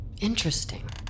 Interesting